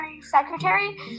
secretary